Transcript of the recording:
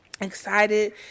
excited